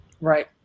Right